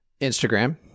Instagram